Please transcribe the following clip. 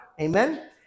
amen